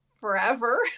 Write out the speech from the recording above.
forever